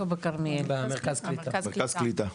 במרכז הקליטה.